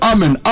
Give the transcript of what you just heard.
Amen